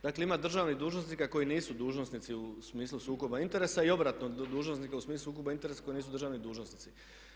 Dakle, ima državnih dužnosnika koji nisu dužnosnici u smislu sukoba interesa i obratno, dužnosnika u smislu sukoba interesa koji nisu državni dužnosnici.